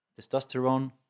testosterone